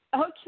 Okay